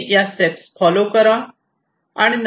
तुम्ही या steps follow करा